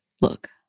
look